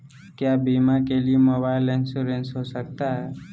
क्या बीमा के लिए मोबाइल इंश्योरेंस हो सकता है?